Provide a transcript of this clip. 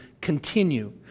continue